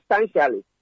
substantially